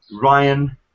ryan